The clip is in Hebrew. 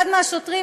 אחד השוטרים,